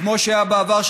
כמו שהיה בעבר,